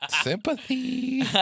sympathy